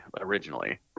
originally